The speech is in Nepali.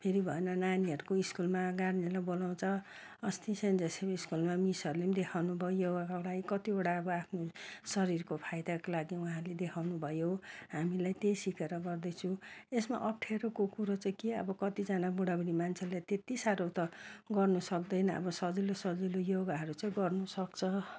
फेरि भएन नानीहरूको स्कुलमा गार्जेनलाई बोलाउँछ अस्ति सेन्ट जोसेफ स्कुलमा मिसहरूले देखाउनु भयो योगाका लागि कतिवटा अब आफ्नो शरीरको फाइदाको लागि उहाँहरूले देखाउनु भयो हामीलाई त्यही सिकेर गर्दैछु यसमा अप्ठ्यारोको कुरो चाहिँ के अब कतिजना बुढा बुढी मान्छेले त्यति साह्रो त गर्नु सक्दैन अब सजिलो सजिलो योगाहरू चाहिँ गर्नु सक्छ